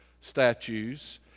statues